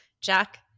Jack